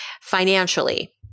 financially